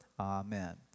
Amen